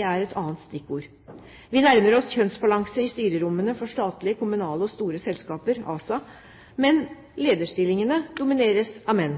er et annet stikkord. Vi nærmer oss kjønnsbalanse i styrerommene for statlige, kommunale og store selskaper, ASA, men lederstillingene domineres av menn.